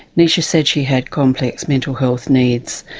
neisha said she had complex mental health needs,